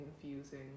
confusing